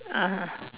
ah